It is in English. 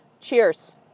Cheers